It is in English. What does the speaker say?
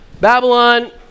Babylon